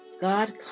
God